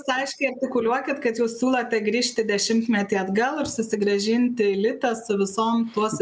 aiškiai artikuliuoja kad kad jūs siūlote grįžti dešimtmetį atgal ir susigrąžinti litą su visom vos